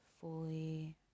fully